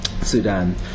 Sudan